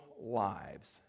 lives